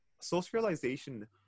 socialization